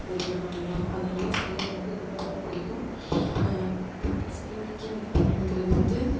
எழுதலாம் இல்லையா அதனால சம்மர் வந்து ரொம்ப பிடிக்கும் ஸ்ப்ரிங்கிங் அப்படினுங்கறது வந்து